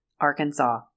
Arkansas